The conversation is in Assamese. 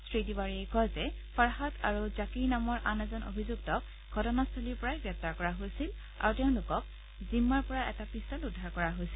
শ্ৰীতিৱাৰীয়ে কয় যে ফাৰহাট আৰু জাকীৰ নামৰ আনজন অভিযুক্তক ঘটনা স্থলীৰ পৰা গ্ৰোপ্তাৰ কৰা হৈছিল আৰু তেওঁলোকৰ জিম্মাৰ পৰা এটা পিষ্টল উদ্ধাৰ কৰা হৈছিল